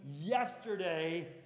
yesterday